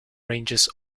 ranges